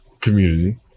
community